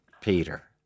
Peter